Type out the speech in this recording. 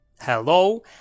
Hello